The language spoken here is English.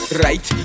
right